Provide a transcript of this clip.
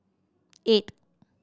eight